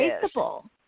traceable